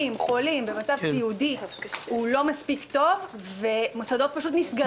חולים במצב סיעודי הוא לא מספיק טוב ומוסדות פשוט נסגרים.